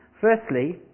firstly